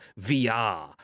VR